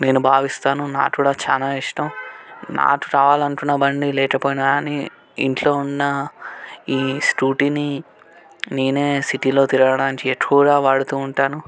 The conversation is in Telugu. నేను భావిస్తాను నాకు కూడా చాలా ఇష్టం నాకు కావాలనుకున్న బండి లేకపోయినా కానీ ఇంట్లో ఉన్న ఈ స్కూటీని నేనే సిటీలో తిరగడానికి ఎక్కువగా వాడుతూ ఉంటాను